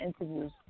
interviews